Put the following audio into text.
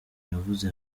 navuze